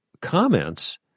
comments